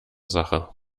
sache